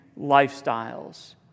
lifestyles